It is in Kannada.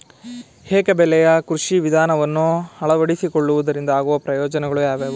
ಏಕ ಬೆಳೆಯ ಕೃಷಿ ವಿಧಾನವನ್ನು ಅಳವಡಿಸಿಕೊಳ್ಳುವುದರಿಂದ ಆಗುವ ಪ್ರಯೋಜನಗಳು ಯಾವುವು?